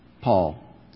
Paul